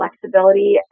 flexibility